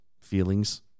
feelings